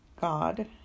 God